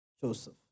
Joseph